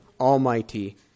Almighty